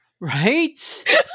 Right